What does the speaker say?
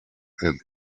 and